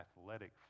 athletic